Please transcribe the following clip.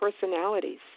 personalities